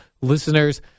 Listeners